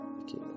Okay